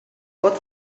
pot